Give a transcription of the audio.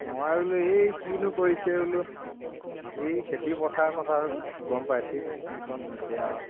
মই বোলো এই কিনো কৰিছে বোলো এই খেতিপথাৰ কথা গম পাইছেই কিখন হৈছে আৰু